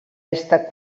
estat